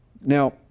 Now